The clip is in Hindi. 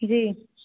जी